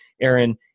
Aaron